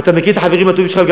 ואתה מכיר את החברים הטובים שלך גם